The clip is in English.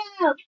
no